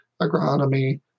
agronomy